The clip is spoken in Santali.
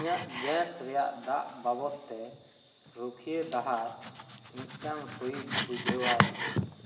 ᱤᱧᱟ ᱜ ᱜᱮᱥ ᱨᱮᱭᱟᱜ ᱫᱟᱜ ᱵᱟᱵᱚᱛ ᱛᱮ ᱨᱩᱠᱷᱤᱭᱟᱹ ᱫᱟᱦᱟᱨ ᱢᱤᱫᱴᱟᱝ ᱴᱩᱭᱤᱵ ᱵᱩᱡᱷᱟᱹᱣ ᱟᱭᱢᱮ